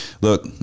look